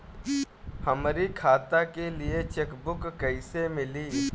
हमरी खाता के लिए चेकबुक कईसे मिली?